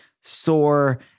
sore